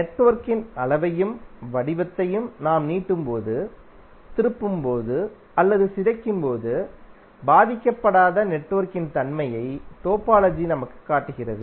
நெட்வொர்க்கின் அளவையும் வடிவத்தையும் நாம் நீட்டும்போது திருப்பும்போது அல்லது சிதைக்கும்போது பாதிக்கப்படாத நெட்வொர்க்கின் தன்மையை டோபாலஜி நமக்குக் காட்டுகிறது